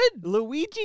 Luigi